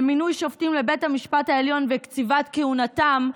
מינוי שופטים לבית המשפט העליון וקציבת כהונתם),